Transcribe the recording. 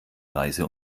reise